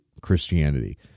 Christianity